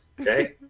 Okay